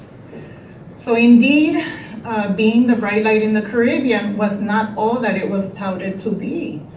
so, indeed being the bright light in the caribbean was not all that it was touted to be.